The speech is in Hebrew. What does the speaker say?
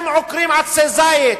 הם עוקרים עצי זית,